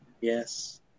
Yes